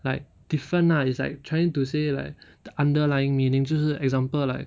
like different lah it's like trying to say like the underlying meaning 就是 example like